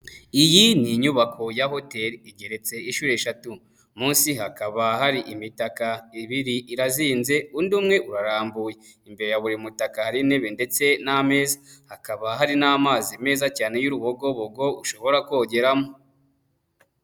Iyi ni inyubako ya hoteli igereretse inshuro eshatu, munsi hakaba hari imitaka ibiri irazinze undi umwe urarambuwe, imbere ya buri mutaka hari intebe ndetse n'ameza, hakaba hari n'amazi meza cyane y'urubogobogo ushobora kogeramo.